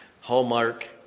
Hallmark